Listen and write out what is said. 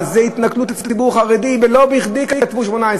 היא לא שירות בצבא.